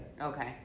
Okay